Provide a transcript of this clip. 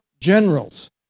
generals